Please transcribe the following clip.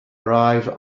arrive